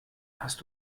hast